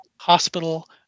Hospital